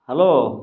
hello